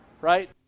Right